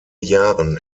jahren